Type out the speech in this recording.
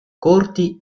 corti